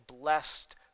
blessed